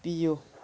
ꯄꯤꯌꯨ